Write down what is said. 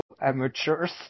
amateurs